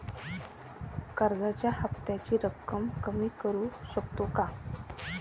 कर्जाच्या हफ्त्याची रक्कम कमी करू शकतो का?